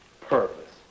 Purpose